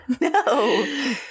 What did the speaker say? No